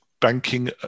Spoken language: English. banking